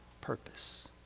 purpose